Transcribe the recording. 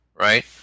right